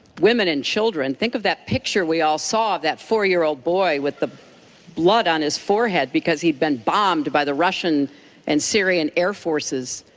women and children, think of that picture we all saw of that four year old boy with the blood on his forehead because he'd been bombed by the russian and syrian air forces.